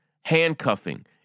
handcuffing